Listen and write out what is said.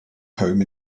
home